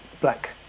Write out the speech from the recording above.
Black